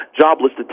jobless